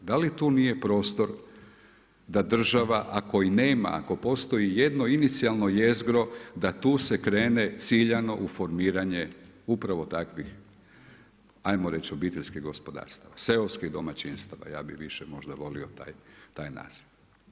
Da li tu nije prostor da država ako i nema ako postoji i jedno inicijalno jezgro da tu se krene ciljano u formiranje upravo takvih hajmo reći obiteljskih gospodarstava, seoskih domaćinstava ja bih više možda volio taj naziv?